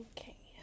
Okay